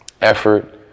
effort